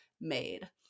made